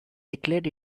declared